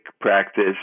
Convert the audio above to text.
practice